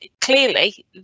clearly